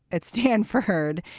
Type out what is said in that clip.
it's ten for heard.